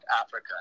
Africa